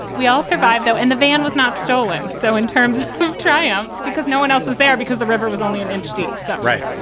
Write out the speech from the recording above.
we all survived, though, and the van was not stolen. so in terms of tryouts, because no one else was there because the river was only an inch deep. so right.